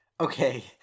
Okay